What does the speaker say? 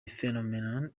phenomenon